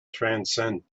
transcend